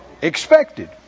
Expected